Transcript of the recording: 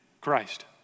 Christ